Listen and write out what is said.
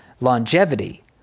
longevity